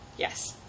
Yes